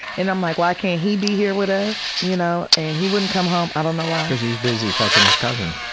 and i'm like, why can't he be here with us? you know and he wouldn't come home, i don't know why paul cause he's busy fuckin his cousin.